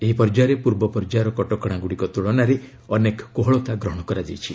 ଏହି ପର୍ଯ୍ୟାୟରେ ପୂର୍ବ ପର୍ଯ୍ୟାୟର କଟକଣାଗୁଡ଼ିକ ତୁଳନାରେ ଅନେକ କୋହଳତା ଗ୍ରହଣ କରାଯାଇଛି